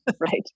Right